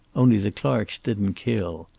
only the clarks didn't kill.